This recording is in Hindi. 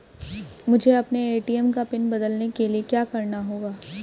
मुझे अपने ए.टी.एम का पिन बदलने के लिए क्या करना होगा?